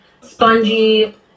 spongy